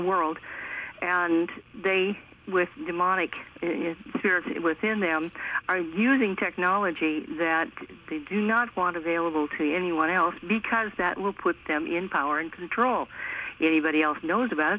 world and they with demonic spirit within them are using technology that they do not want to vailable to anyone else because that will put them in power and control anybody else knows about i